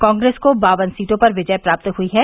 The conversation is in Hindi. कॉग्रेस को बावन सीटों पर विजय प्राप्त हुई हैं